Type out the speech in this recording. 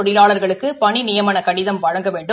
தொழிலாளா்குளக்கு பணி நியமன கடிதம் வழங்க வேண்டும்